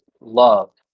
loved